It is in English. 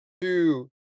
two